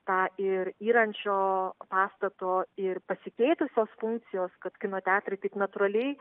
tą ir yrančio pastato ir pasikeitusios funkcijos kad kino teatrai taip natūraliai